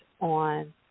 on